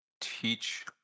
teach